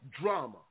drama